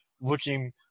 looking